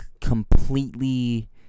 completely